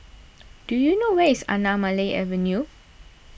do you know where is Anamalai Avenue